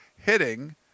hitting